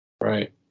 Right